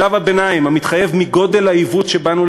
בשלב הביניים המתחייב מגודל העיוות שבאנו